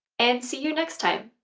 and see you next time!